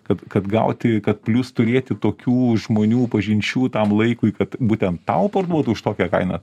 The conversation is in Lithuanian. kad kad gauti kad plius turėti tokių žmonių pažinčių tam laikui kad būtent tau parduotų už tokią kainą